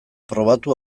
probatu